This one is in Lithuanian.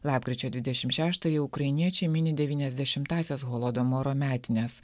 lapkričio dvidešim šeštąją ukrainiečiai mini devyniasdešimtąsias holodomoro metines